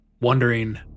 wondering